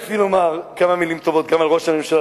אני רציתי לומר כמה מלים טובות גם על ראש הממשלה,